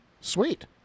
Sweet